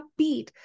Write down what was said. upbeat